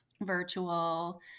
virtual